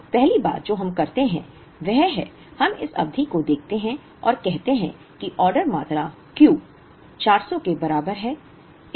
तो पहली बात जो हम करते हैं वह है हम इस अवधि को देखते हैं और कहते हैं कि ऑर्डर मात्रा Q 400 के बराबर है